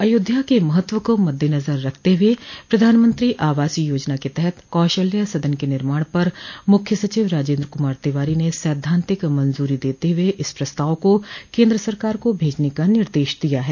अयोध्या के महत्व को मद्देनजर रखते हुए प्रधानमंत्री आवासीय योजना के तहत कौशल्या सदन के निर्माण पर मुख्य सचिव राजेन्द्र कुमार तिवारी ने सैद्वांतिक मंजूरी देते हुए इस प्रस्ताव को केन्द्र सरकार को भेजने का निर्देश दिया है